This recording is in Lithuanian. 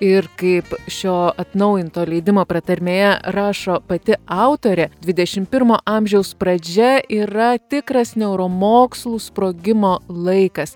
ir kaip šio atnaujinto leidimo pratarmėje rašo pati autorė dvidešim pirmo amžiaus pradžia yra tikras neuromokslų sprogimo laikas